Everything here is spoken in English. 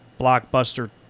blockbuster